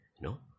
No